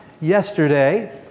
yesterday